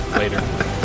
Later